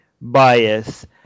bias